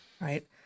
right